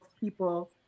people